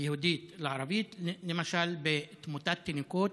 היהודית לערבית, למשל בתמותת תינוקות,